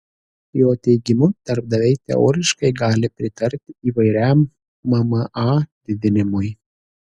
jo teigimu darbdaviai teoriškai gali pritarti įvairiam mma didinimui